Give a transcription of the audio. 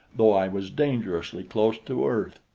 though i was dangerously close to earth.